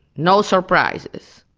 no surprises.